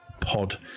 Pod